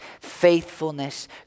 faithfulness